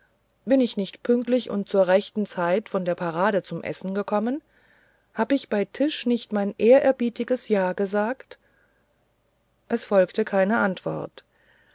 bin ich nicht pünktlich und zu rechter zeit von der parade zum essen gekommen hab ich bei tische nicht mein ehrerbietiges ja gesagt es erfolgte keine antwort